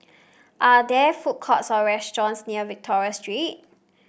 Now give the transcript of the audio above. are there food courts or restaurants near Victoria Street